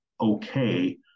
okay